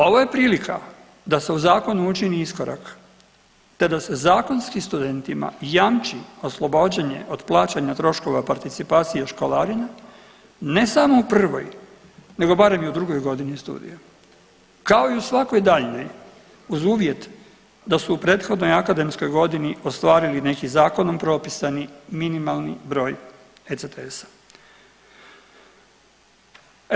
Ovo je prilika da se u zakonu učini iskorak te da se zakonski studentima jamči oslobađanje od plaćanja troškova participacije školarine ne samo u prvoj nego barem i u drugoj godini studija kao i u svakoj daljnjoj uz uvjet da su u prethodnoj akademskoj godini ostvarili neki zakonom propisani minimalni broj ECTS-a.